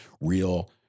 real